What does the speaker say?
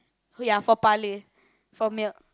ya for for milk